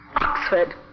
Oxford